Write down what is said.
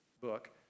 book